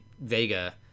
vega